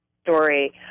Story